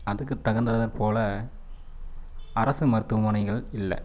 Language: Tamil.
அதுக்குத் தகுந்த போல அரசு மருத்துவமனைகள் இல்லை